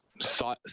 saw